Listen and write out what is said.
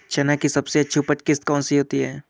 चना की सबसे अच्छी उपज किश्त कौन सी होती है?